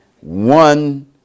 One